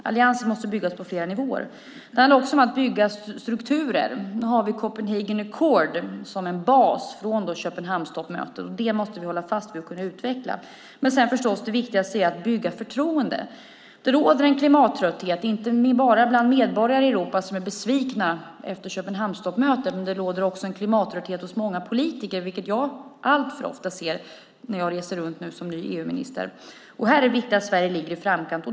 Alliansen måste byggas på flera nivåer. Det handlar också om att bygga strukturer. Vi har Copenhagen Accord som en bas från Köpenhamnstoppmötet. Det måste vi hålla fast vid och kunna utveckla. Det viktigaste är förstås att bygga förtroende. Det råder en klimattrötthet, inte bara bland medborgare i Europa som är besvikna efter Köpenhamnstoppmötet. Det råder också en klimattrötthet hos många politiker, vilket jag alltför ofta ser när jag reser runt nu som ny EU-minister. Här är det viktigt att Sverige ligger i framkant.